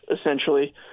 essentially